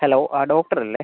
hello ആ doctor അല്ലേ